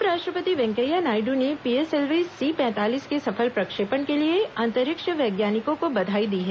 उप राष्ट्रपति वेंकैया नायडु ने पीएसएलवी सी पैंतालीस के सफल प्रक्षेपण के लिए अंतरिक्ष वैज्ञानिकों को बधाई दी है